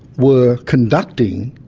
were conducting